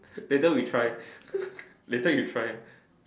later we try later you try